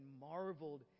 marveled